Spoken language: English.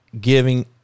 giving